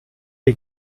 les